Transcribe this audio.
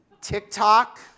TikTok